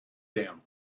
them